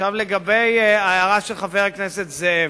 לגבי ההערה של חבר הכנסת זאב: